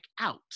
out